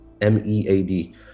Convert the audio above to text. M-E-A-D